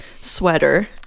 sweater